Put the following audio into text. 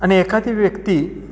आणि एखादी व्यक्ती